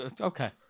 Okay